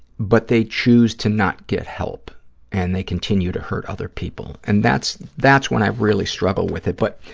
but they choose to not get help and they continue to hurt other people, and that's that's when i really struggle with it. but,